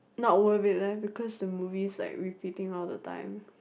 not worth it leh because the movies like repeating all the time